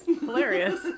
hilarious